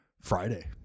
Friday